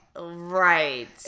Right